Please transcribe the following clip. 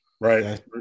Right